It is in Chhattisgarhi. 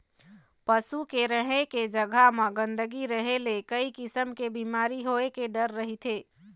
पशु के रहें के जघा म गंदगी रहे ले कइ किसम के बिमारी होए के डर रहिथे